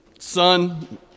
Son